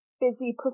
busy